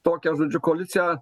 tokią žodžiu koaliciją